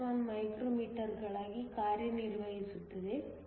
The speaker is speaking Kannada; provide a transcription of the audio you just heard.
61 ಮೈಕ್ರೊಮೀಟರ್ಗಳಾಗಿ ಕಾರ್ಯನಿರ್ವಹಿಸುತ್ತದೆ